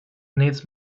needs